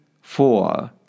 four